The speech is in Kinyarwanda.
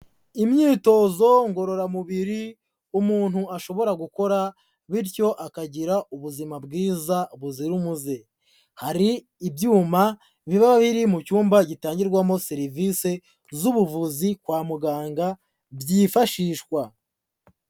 Imyitozo ngororamubiri umuntu ashobora gukora bityo akagira ubuzima bwiza buzira umuze, hari ibyuma biba biri mu cyumba gitangirwamo serivise z'ubuvuzi kwa muganga byifashishwa.